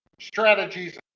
strategies